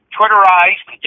Twitterized